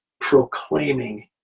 proclaiming